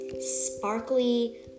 sparkly